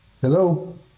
Hello